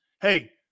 Hey